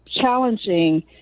challenging